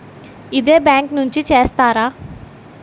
ఇదే బ్యాంక్ నుంచి చేస్తారా?